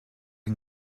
and